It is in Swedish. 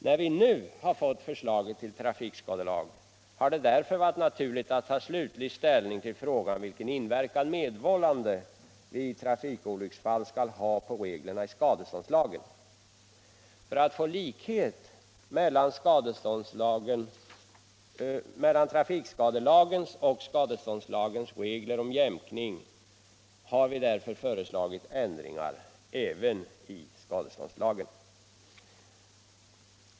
När vi nu har fått förslaget till trafikskadelag har det därför varit naturligt att ta slutlig ställning till frågan, vilken inverkan medvållande vid trafikolycksfall skall ha på effekterna av reglerna i skadeståndslagen. För att få likhet mellan trafikskadelagen och skadeståndslagens regler om jämkning har vi därför föreslagit ändringar även i skadeståndslagen.